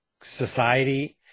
society